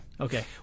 Okay